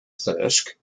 thirsk